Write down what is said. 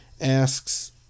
asks